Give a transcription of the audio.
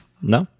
no